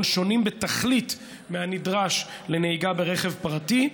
שונים בתכלית מהנדרש לנהיגה ברכב פרטי,